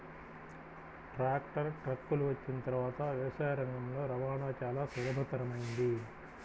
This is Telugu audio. ట్రాక్టర్, ట్రక్కులు వచ్చిన తర్వాత వ్యవసాయ రంగంలో రవాణా చాల సులభతరమైంది